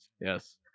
yes